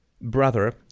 brother